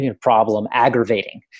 problem-aggravating